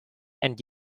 and